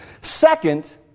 Second